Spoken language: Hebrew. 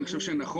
ואני חושב שנכון,